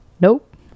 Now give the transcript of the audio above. Nope